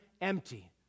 empty